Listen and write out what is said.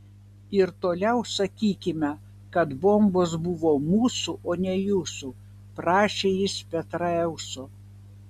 ir toliau sakykime kad bombos buvo mūsų o ne jūsų prašė jis petraeuso